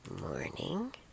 morning